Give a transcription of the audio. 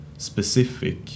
Specific